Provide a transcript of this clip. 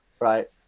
right